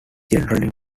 generally